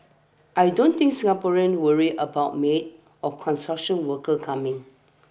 I don't think Singaporeans worry about maids or construction workers coming